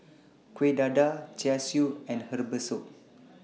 Kuih Dadar Char Siu and Herbal Soup